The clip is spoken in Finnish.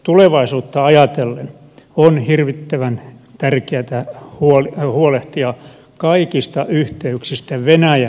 tulevaisuutta ajatellen on hirvittävän tärkeätä huolehtia kaikista yhteyksistä venäjän suuntaan